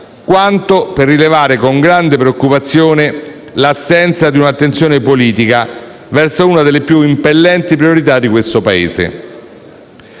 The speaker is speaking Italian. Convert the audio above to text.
quanto per rilevare, con grande preoccupazione, l'assenza di un'attenzione politica verso una delle più impellenti priorità del nostro Paese.